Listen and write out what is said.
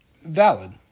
valid